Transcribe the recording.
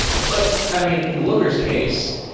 but i mean, in looker's case,